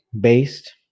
based